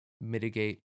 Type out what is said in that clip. mitigate